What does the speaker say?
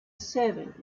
servant